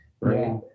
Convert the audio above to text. Right